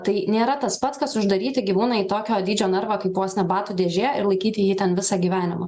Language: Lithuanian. tai nėra tas pats kas uždaryti gyvūną į tokio dydžio narvą kaip vos ne batų dėžė ir laikyti jį ten visą gyvenimą